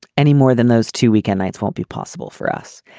any more than those two weekend nights won't be possible for us.